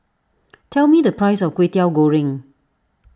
tell me the price of Kwetiau Goreng